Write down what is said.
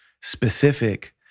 specific